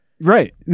right